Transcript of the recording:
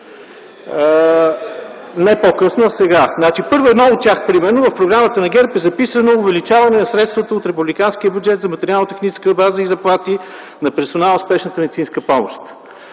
Не по-късно, а сега. Например в Програмата на ГЕРБ е записано „Увеличаване на средствата от Републиканския бюджет за материално-техническа база и заплати на персонала в Спешната медицинска помощ.”